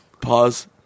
Pause